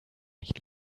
nicht